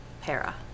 Para